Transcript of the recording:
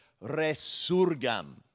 resurgam